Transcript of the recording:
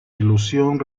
ilusión